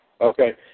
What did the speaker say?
Okay